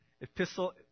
epistle